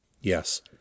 yes